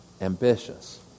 ambitious